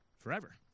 forever